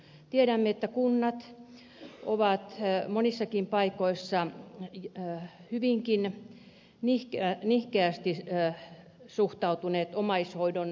tiedämme että kunnat ovat monissakin paikoissa hyvinkin nihkeästi suhtautuneet omaishoidon